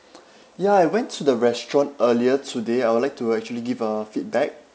ya I went to the restaurant earlier today I would like to actually give a feedback